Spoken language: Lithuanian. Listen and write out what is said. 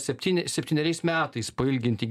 septyni septyneriais metais pailginti